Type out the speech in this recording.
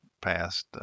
past